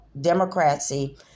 democracy